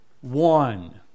one